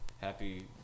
happy